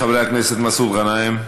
חבר הכנסת מסעוד גנאים,